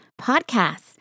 Podcasts